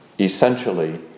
essentially